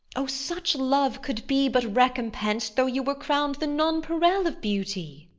o, such love could be but recompens'd, though you were crown'd the nonpareil of beauty!